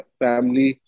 family